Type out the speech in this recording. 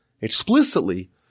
explicitly